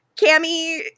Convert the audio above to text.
cammy